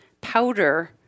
powder